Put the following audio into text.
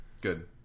Good